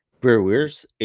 Brewers